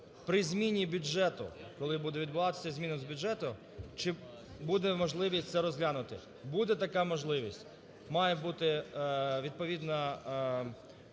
при зміні бюджету, коли буде відбуватися зміна бюджету, чи буде можливість це розглянути. Буде така можливість. Має бути відповідна